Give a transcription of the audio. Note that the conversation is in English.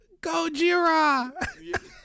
Gojira